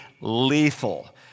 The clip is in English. lethal